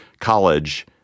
college